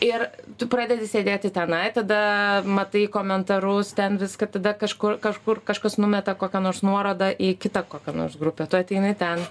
ir tu pradedi sėdėti tenai tada matai komentarus ten viska tada kažkur kažkur kažkas numeta kokia nors nuoroda į kitą kokią nors grupę tu ateini ten